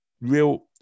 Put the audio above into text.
real